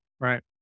right